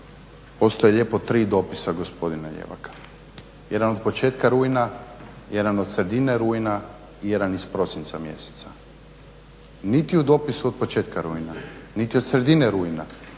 postoje lijepo tri dopisa gospodina Ljevaka. Jedan od početka rujna, jedan od sredine rujna i jedan iz prosinca mjeseca. Niti u dopisu od početka rujna, niti od sredina rujna